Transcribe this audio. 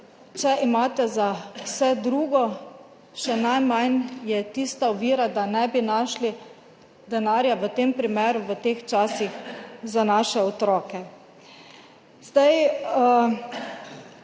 če imate za vse drugo, še najmanj je tista ovira, da ne bi našli denarja v tem primeru v teh časih za naše otroke.